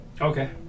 Okay